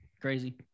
crazy